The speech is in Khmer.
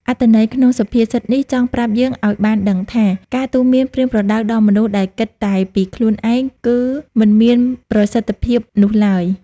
អត្ថន័យក្នុងសុភាសិតនេះចង់ប្រាប់យើងឱ្យបានដឹងថា ការទូន្មានប្រៀនប្រដៅដល់មនុស្សដែលគិតតែពីខ្លួនឯងគឺគញមានប្រសិទ្ធិភាពនោះឡើយ។